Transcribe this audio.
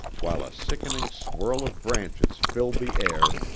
while a sickening swirl of branches filled the air,